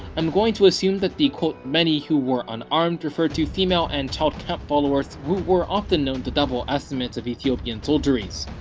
i'm going to assume that the many who were unarmed referred to female and child camp-followers who were often known to double estimates of ethiopian soldieries.